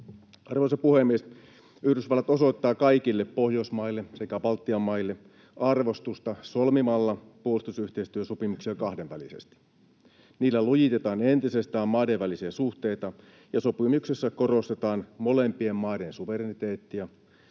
Arvoisa puhemies! Yhdysvallat osoittaa kaikille Pohjoismaille sekä Baltian maille arvostusta solmimalla puolustusyhteistyösopimuksia kahdenvälisesti. Niillä lujitetaan entisestään maiden välisiä suhteita, ja sopimuksessa korostetaan molempien maiden suvereniteettia